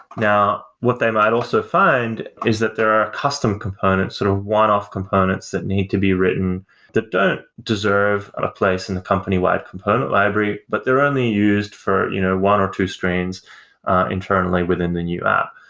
now what they might also find is that there are custom components, sort of one-off components that need to be written that don't deserve a place in the company-wide component library, but they're only used for you know one or two strains internally within the new app.